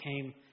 came